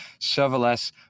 serverless